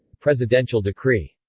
presidential decree.